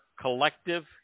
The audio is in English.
collective